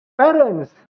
parents